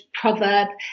proverb